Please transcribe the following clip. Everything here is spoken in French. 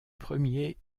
premier